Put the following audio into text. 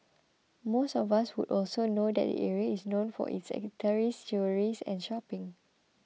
most of us would also know that the area is known for its eateries jewellries and shopping